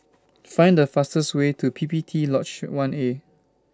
Find The fastest Way to P P T Lodge one A